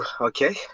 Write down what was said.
Okay